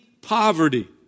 poverty